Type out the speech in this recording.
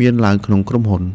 មានឡើងក្នុងក្រុមហ៊ុន។